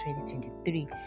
2023